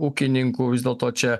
ūkininkų vis dėlto čia